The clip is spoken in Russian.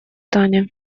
тане